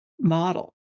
model